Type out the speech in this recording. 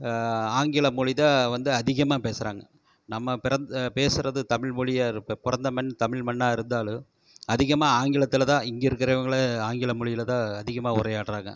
ஆங்கிலமொழி தான் வந்து அதிகமாக பேசகிறாங்க நம்ம பிறந் பேசுகிறது தமிழ்மொழியாருப்ப பிறந்த மண் தமிழ் மண்ணாக இருந்தாலும் அதிகமாக ஆங்கிலத்தில் தான் இங்கே இருக்கறவங்களும் ஆங்கில மொழியில தான் அதிகமாக உரையாடுகிறாங்க